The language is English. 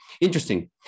Interesting